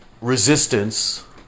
resistance